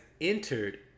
entered